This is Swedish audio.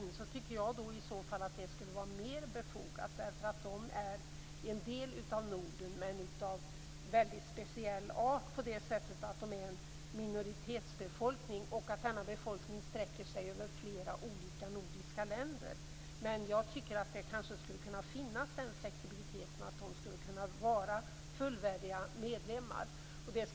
Det tycker jag i så fall skulle vara mer befogat, eftersom de är en del av Norden men på ett väldigt speciellt sätt i och med att de är en minoritetsbefolkning som sträcker sig över flera olika nordiska länder. Det kanske skulle kunna finnas en sådan flexibilitet att de kunde vara fullvärdiga medlemmar.